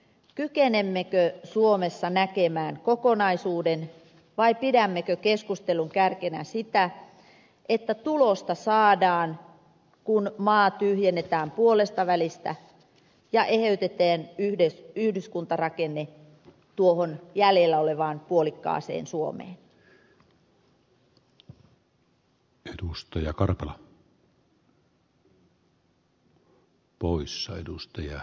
kykenemmekö suomessa näkemään kokonaisuuden vai pidämmekö keskustelun kärkenä sitä että tulosta saadaan kun maa tyhjennetään puolestavälistä ja eheytetään yhdyskuntarakenne tuohon jäljellä olevaan puolikkaaseen suomeen